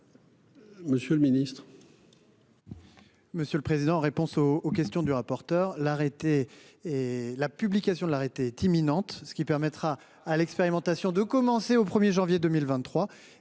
Monsieur le ministre.--